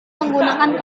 menggunakan